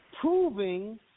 proving